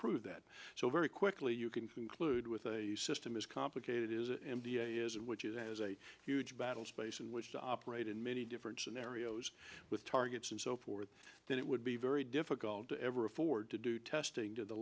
prove that so very quickly you can conclude with a system is complicated is it m d a is it which is has a huge battle space in which to operate in many different scenarios with targets and so forth that it would be very difficult to ever afford to do testing to the